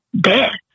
death